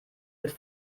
mit